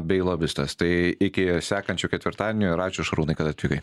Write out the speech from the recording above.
bei lobistas tai iki sekančio ketvirtadienio ir ačiū šarūnai kad atvykai